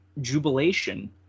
jubilation